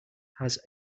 has